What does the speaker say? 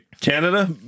Canada